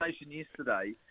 yesterday